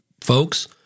folks